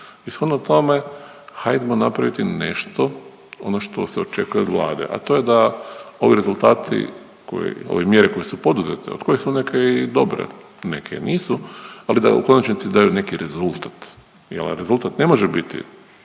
shodno tome hajdmo napraviti nešto, ono što se očekuje od Vlade, a to je da ovi rezultati koji, ove mjere koje su poduzete od kojih su neke i dobre, neke nisu, ali da u konačnici daju neki rezultat jel rezultat ne može biti